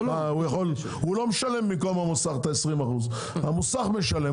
הוא לא משלם במקום המוסך את ה-20%; המוסך משלם,